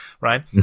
right